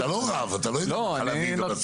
אתה לא רב, אתה לא יודע חלבי ובשרי.